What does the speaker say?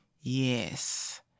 Yes